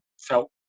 felt